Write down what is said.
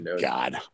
God